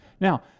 Now